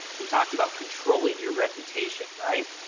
we talked about controlling your reputation right.